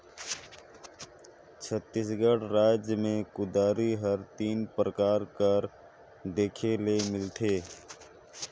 छत्तीसगढ़ राएज मे कुदारी हर तीन परकार कर देखे ले मिलथे